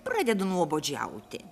pradedu nuobodžiauti